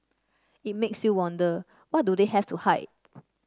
it makes you wonder what do they have to hide